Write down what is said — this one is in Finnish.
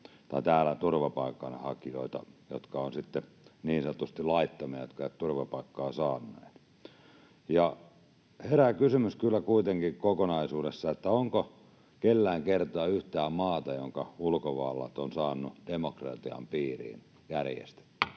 täältä turvapaikanhakijoita, jotka ovat sitten niin sanotusti laittomia ja jotka eivät ole turvapaikkaa saaneet. Herää kysymys kyllä kuitenkin kokonaisuudessaan, onko kellään kertoa yhtään maata, jonka ulkovallat ovat saaneet demokratian piiriin järjestettyä.